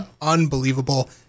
Unbelievable